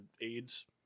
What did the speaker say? AIDS